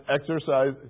exercise